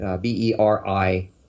B-E-R-I